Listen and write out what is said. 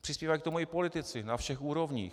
Přispívají k tomu i politici na všech úrovních.